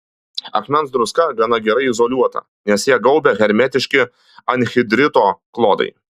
akmens druska gana gerai izoliuota nes ją gaubia hermetiški anhidrito klodai